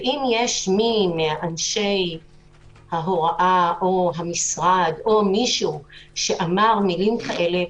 ואם יש מי מאנשי ההוראה או המשרד או מישהו שאמר מילים כאלה,